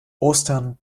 ostern